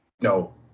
No